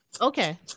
Okay